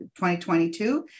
2022